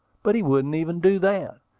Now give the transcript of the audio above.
but he wouldn't even do that,